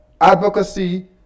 advocacy